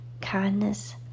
kindness